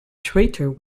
traitor